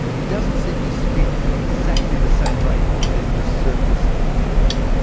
it doesn't seem to spin at exactly the same rate as the surface of the earth.